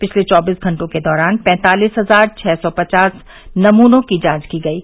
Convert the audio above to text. पिछले चौबीस घंटों के दौरान पैंतालीस हजार छ सौ पचास नमूनों की जांच की गयी